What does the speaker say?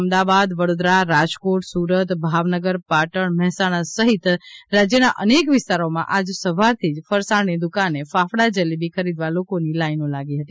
અમદાવાદ વડોદરા રાજકોટ સુરત ભાવનગર પાટણ મહેસાણા સિહત રાજ્યના અનેક વિસ્તારોમાં આજે સવારથી ફરસાણની દુકાને ફાફડા જલેબી ખરીદવા લોકોની લાઇનો લાગી હતી